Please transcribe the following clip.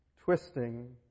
twisting